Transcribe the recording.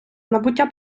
набуття